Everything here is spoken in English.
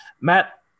Matt